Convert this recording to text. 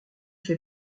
fait